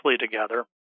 together